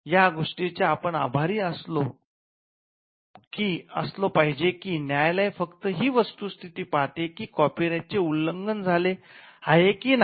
या गोष्टीचे आपण आभारी असलो की न्यायालय फक्त हि वस्तुस्थिती पाहते की कॉपीराईट चे उल्लंघन झाले आहे की नाही